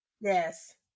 Yes